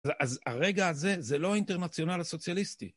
אז הרגע הזה זה לא אינטרנציונל הסוציאליסטי.